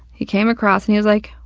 he came across, and he was like,